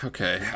Okay